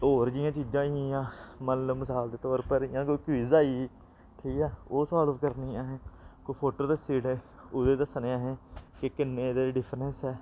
ते होर जि'यां चीजां होई गेइयां मतलब मसाल दे तौर उप्पर इ'यां कोई क्विज आई गेई ठीक ऐ ओह् साल्व करनी असें कोई फोटो दस्सी ओड़े ओह्दे दस्सने असें कि किन्ने एह्दे च डिफरेंस ऐ